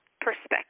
perspective